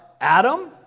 Adam